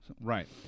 Right